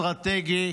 אסטרטגי,